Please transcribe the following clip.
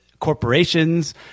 corporations